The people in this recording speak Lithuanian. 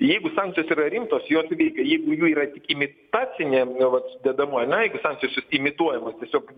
jeigu sankcijos yra rimtos jos veikia jeigu jų yra tik imitacinė nu va dedamoji na jeigu sankcijos jos imituojamos tiesiog